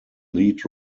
lead